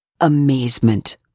amazement